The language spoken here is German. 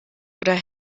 oder